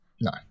No